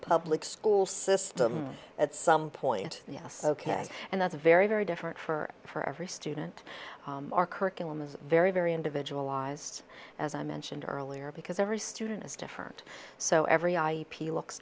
public school system at some point yes ok and that's a very very different for for every student our curriculum it's very very individualized as i mentioned earlier because every student is different so every ip looks